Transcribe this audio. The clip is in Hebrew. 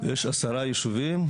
יש עשרה ישובים.